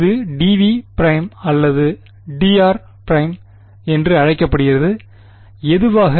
இது dv′ அல்லது dr′ என்று அழைக்கப்படுகிறது எதுவாக